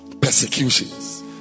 Persecutions